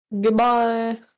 Goodbye